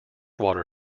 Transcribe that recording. water